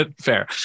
Fair